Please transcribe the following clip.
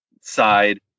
side